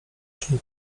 czym